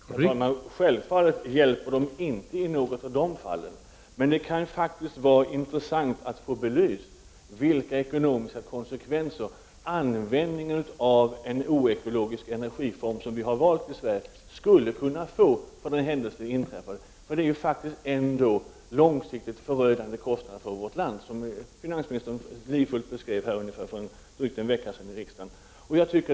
Herr talman! Självfallet hjälper de inte i något av de fallen. Men det kan faktiskt vara intressant att få belyst vilka ekonomiska konsekvenser användningen av en oekologisk energiform som vi har valt i Sverige skulle kunna få för den händelse att en olycka inträffar. Det är faktiskt fråga om en långsiktigt förödande kostnad för vårt land, som finansministern livfullt beskrev för ungefär en vecka sedan här i riksdagen.